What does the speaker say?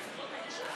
זה נכון שאתה,